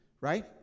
right